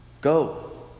Go